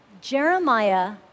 Jeremiah